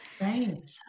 Right